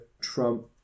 Trump